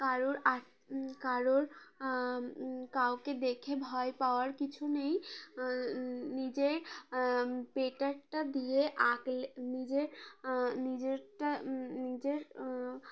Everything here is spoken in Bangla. কারোর আ কারোর কাউকে দেখে ভয় পাওয়ার কিছু নেই নিজে পেটারটা দিয়ে আঁকলে নিজের নিজেরটা নিজের